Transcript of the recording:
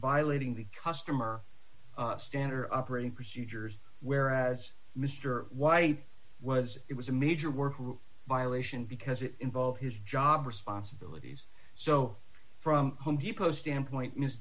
violating the customer standard operating procedures whereas mr white was it was a major work violation because it involved his job responsibilities so from home depot standpoint miss